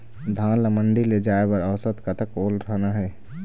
धान ला मंडी ले जाय बर औसत कतक ओल रहना हे?